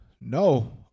No